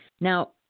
now